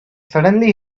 suddenly